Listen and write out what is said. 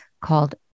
called